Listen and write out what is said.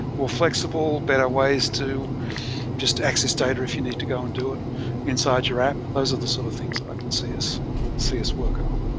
flexible better ways to just access data if you need to go and do it inside your app. those are the sort of things that i would see us see us working on